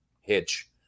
hitch